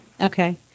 Okay